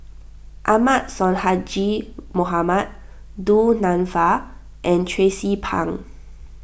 Ahmad Sonhadji Mohamad Du Nanfa and Tracie Pang